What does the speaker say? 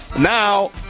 now